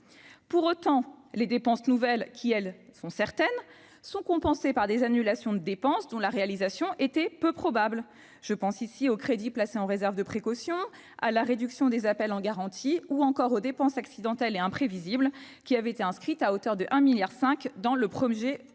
Pour autant, les dépenses nouvelles, qui, elles, sont certaines, sont compensées par des annulations de dépenses dont la réalisation était peu probable. Je pense ici aux crédits placés en réserve de précaution, à la réduction des appels en garantie ou encore aux dépenses accidentelles et imprévisibles, que le Gouvernement a provisionnées à hauteur de 1,5 milliard d'euros dans